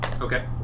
Okay